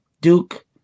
Duke